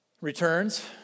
returns